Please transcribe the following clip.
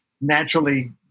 naturally